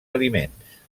aliments